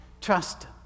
Trust